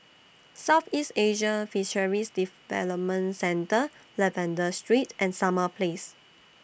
Southeast Asian Fisheries Development Centre Lavender Street and Summer Place